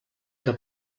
que